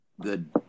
good